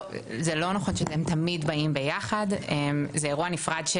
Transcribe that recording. זה לא נכון שהם תמיד באים יחד, זה אירוע נפרד.